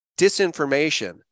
disinformation